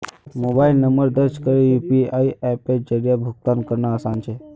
mobile number दर्ज करे UPI अप्पेर जरिया भुगतान करना आसान छे